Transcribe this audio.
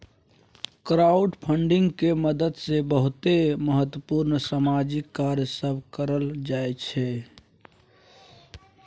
crowdfunding के मदद से बहुते महत्वपूर्ण सामाजिक कार्य सब करल जाइ छइ